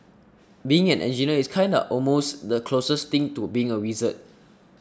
being an engineer is kinda almost the closest thing to being a wizard